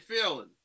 feeling